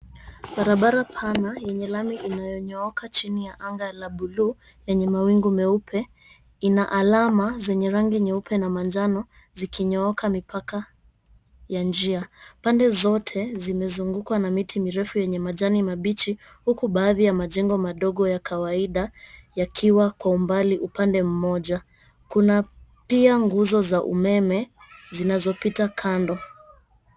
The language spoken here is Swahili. Barabara pana yenye lami inayonyooka chini ya anga la buluu, yenye mawingu meupe, ina alama zenye rangi nyeupe na manjano zikinyooka mipaka ya njia. Pande zote zimezungukwa na miti mirefu yenye majani mabichi, huku baadhi ya majengo madogo ya kawaida yakiwa kwa umbali upande mmoja. Kuna pia nguzo za umeme zinazopita kando.